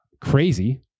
crazy